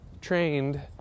trained